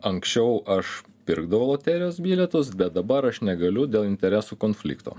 anksčiau aš pirkdavau loterijos bilietus bet dabar aš negaliu dėl interesų konflikto